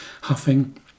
huffing